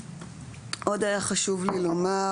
עוד היה חשוב לי לומר